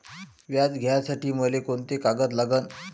व्याज घ्यासाठी मले कोंते कागद लागन?